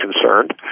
concerned